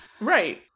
Right